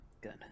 Good